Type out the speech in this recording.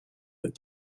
that